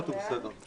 הצבעה נתקבלה.